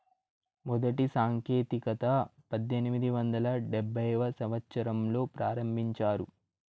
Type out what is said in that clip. మొదటి సాంకేతికత పద్దెనిమిది వందల డెబ్భైవ సంవచ్చరంలో ప్రారంభించారు